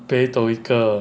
beidou 一个